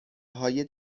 های